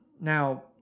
Now